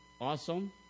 awesome